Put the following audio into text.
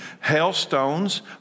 hailstones